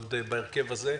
ועוד בהרכב הזה,